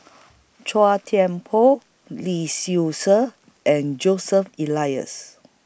Chua Thian Poh Lee Seow Ser and Joseph Elias